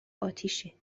آتیشه